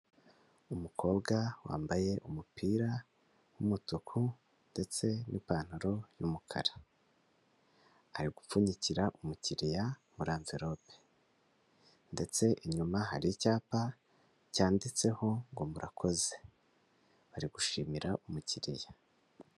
Umukobwa wambaye umupira w'umutuku ndetse n'ipantaro y'umukara, ari gupfunyikira umukiriya muri amverope ndetse inyuma hari icyapa cyanditseho ngo murakoze, ari gushimira umukiriya.